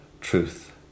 truth